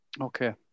Okay